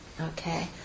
okay